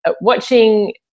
watching